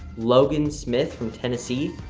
logan smith from tennessee,